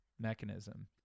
mechanism